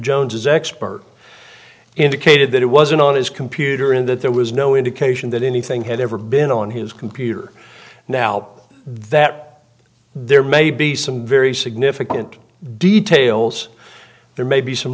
jones as expert indicated that it wasn't on his computer in that there was no indication that anything had ever been on his computer now that there may be some very significant details there may be some